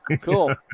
Cool